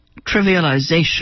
trivialization